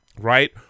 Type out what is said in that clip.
right